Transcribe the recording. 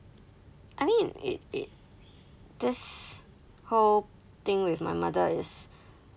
I mean it it this whole thing with my mother is